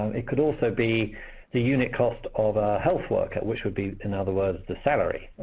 it could also be the unit cost of a health worker, which would be, in other words, the salary,